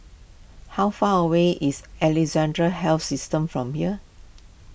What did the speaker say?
how far away is Alexandra Health System from here